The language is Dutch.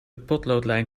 potloodlijn